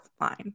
line